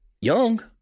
young